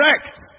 Correct